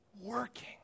working